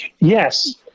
Yes